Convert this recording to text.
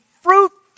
fruitful